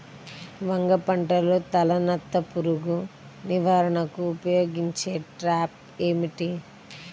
వంగ పంటలో తలనత్త పురుగు నివారణకు ఉపయోగించే ట్రాప్ ఏది?